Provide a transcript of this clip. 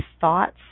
thoughts